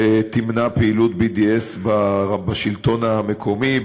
שתמנע פעילות BDS בשלטון המקומי,